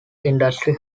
industry